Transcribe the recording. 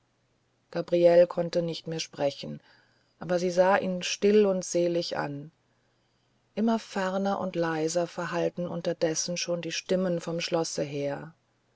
gabriele konnte nicht mehr sprechen aber sie sah ihn still und selig an immer ferner und leiser verhallten unterdes schon die stimmen vom schlosse her